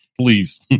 please